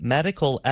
Medical